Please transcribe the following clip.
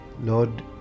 Lord